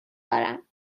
دارم